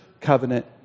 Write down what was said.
covenant